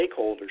Stakeholders